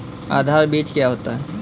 आधार बीज क्या होता है?